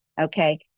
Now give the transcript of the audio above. okay